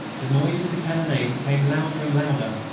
the noise of the cannonade became louder and louder,